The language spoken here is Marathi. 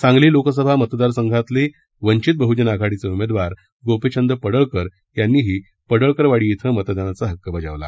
सांगली लोकसभा मतदारसंघातले वंचित बहुजन आघाडीचे उमेदवार गोपीचंद पडळकर यांनीही पडळकरवाडी िं मतदानाचा हक्क बजावला